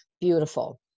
Beautiful